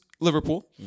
Liverpool